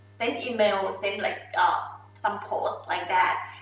send email, send like ah some post, like that.